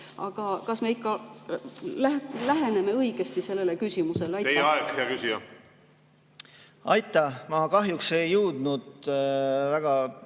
Aga kas me ikka läheneme õigesti sellele küsimusele? Teie aeg, hea küsija! Aitäh! Ma kahjuks ei jõudnud piisava